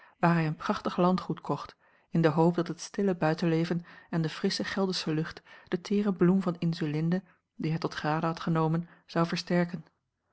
waar hij een prachtig landgoed kocht in de hoop dat het stille buitenleven en de frissche gelsdersche lucht de teere bloem van insulinde die hij tot gade had genomen zou versterken